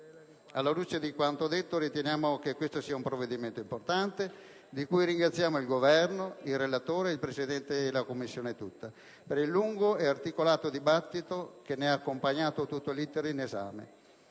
Alla luce di quanto detto, riteniamo che questo sia un provvedimento importante, di cui ringraziamo il Governo, il relatore, il Presidente e tutta la Commissione per il lungo ed articolato dibattito che ne ha accompagnato tutto l'*iter* di esame.